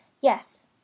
yes